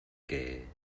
que